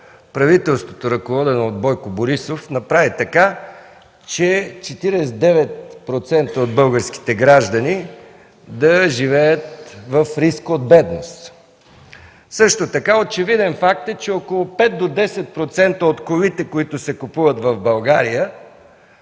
правителството, ръководено от Бойко Борисов, направи така, че 49% от българските граждани да живеят в риск от бедност. Също така очевиден факт е, че около 5 до 10% от колите, които се купуват в България,